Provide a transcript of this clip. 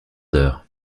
d’heure